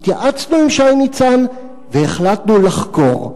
התייעצנו עם שי ניצן והחלטנו לחקור.